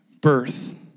birth